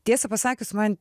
tiesą pasakius man